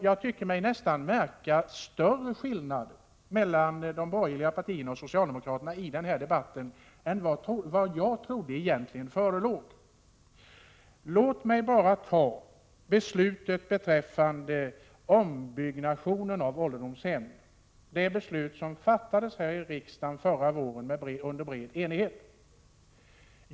Jag tycker mig nästan märka större skillnad mellan de borgerliga partierna och socialdemokraterna i den här debatten än vad jag egentligen trodde förelåg. Låt mig bara nämna beslutet rörande ombyggnationen av ålderdomshem, det beslut som under bred enighet fattades här i riksdagen förra våren.